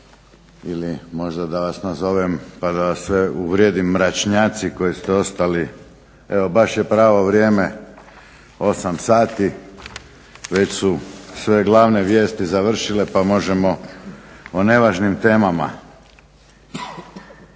vas možda nazovem pa da vas sve uredim mračnjaci koji ste ostali. Evo baš je pravo vrijeme 8 sati, već su sve glavne vijesti završile pa možemo o nevažnim temama.